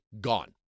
gone